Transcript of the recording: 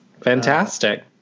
fantastic